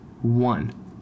one